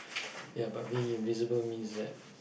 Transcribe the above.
ya but being invisible means that